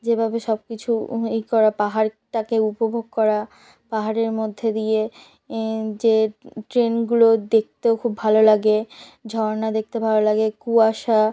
যেভাবে সব কিছু এই করা পাহাড়টাকে উপভোগ করা পাহাড়ের মধ্যে দিয়ে যে ট্রেনগুলো দেখতেও খুব ভালো লাগে ঝর্ণা দেখতে ভালো লাগে কুয়াশা